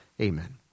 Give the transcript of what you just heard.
Amen